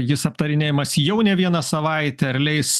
jis aptarinėjamas jau ne vieną savaitę ar leis